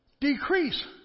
decrease